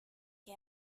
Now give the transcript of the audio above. que